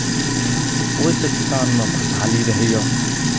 ओहिसँ किसानमे खुशहाली रहैए